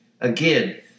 Again